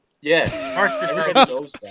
yes